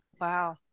Wow